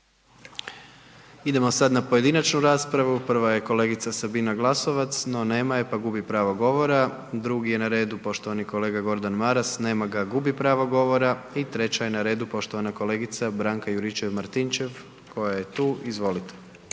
Idemo sad na pojedinačnu raspravu, prva je kolegica Sabina Glasovac no nema je pa gubi pravo govora, drugi je na redu poštovani kolega Gordan Maras, nema ga, gubi pravo govora i treća je na redu poštovana kolegica Branko Juričev Martinčev koja je tu, izvolite.